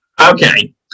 Okay